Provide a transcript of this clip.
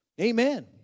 Amen